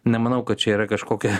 nemanau kad čia yra kažkokia